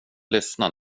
lyssna